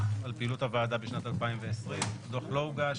על פעילות הוועדה בשנת 2020. הדוח לא הוגש,